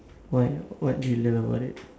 why what did you learn about it